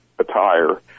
attire